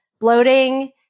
bloating